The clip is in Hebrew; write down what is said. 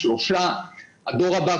והדור הבא,